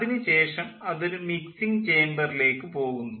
അതിനു ശേഷം അത് ഒരു മിക്സിംഗ് ചേമ്പറിലേക്ക് പോകുന്നു